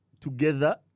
together